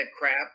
crap